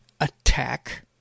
attack